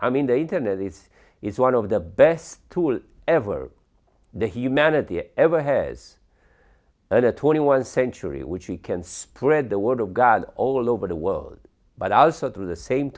i mean the internet is is one of the best tool ever the humanity ever has under twenty one century which you can spread the word of god all over the world but also to the same